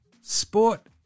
Sport